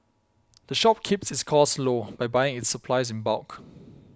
the shop keeps its costs low by buying its supplies in bulk